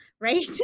right